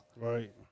Right